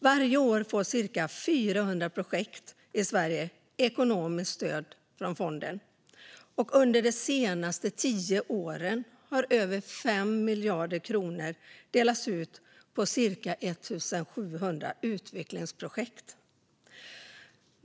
Varje år får cirka 400 projekt i Sverige ekonomiskt stöd från fonden, och under de senaste tio åren har över 5 miljarder kronor delats ut till cirka 1 700 utvecklingsprojekt.